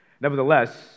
Nevertheless